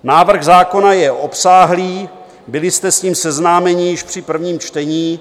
Návrh zákona je obsáhlý, byli jste s ním seznámeni již při prvním čtení.